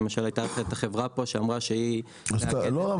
למשל הייתה חברה פה שאמרה שהיא --- לא,